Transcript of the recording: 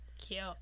cute